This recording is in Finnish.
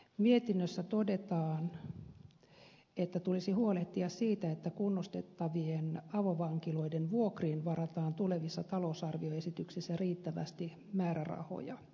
mietinnössä todetaan että tulisi huolehtia siitä että kunnostettavien avovankiloiden vuokriin varataan tulevissa talousarvioesityksissä riittävästi määrärahoja